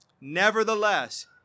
Nevertheless